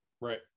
Right